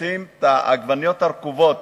אוספים את העגבניות הרקובות